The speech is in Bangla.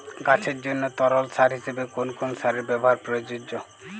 গাছের জন্য তরল সার হিসেবে কোন কোন সারের ব্যাবহার প্রযোজ্য?